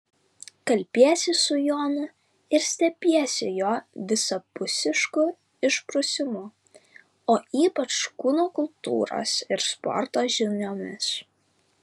kalbiesi su jonu ir stebiesi jo visapusišku išprusimu o ypač kūno kultūros ir sporto žiniomis